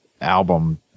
album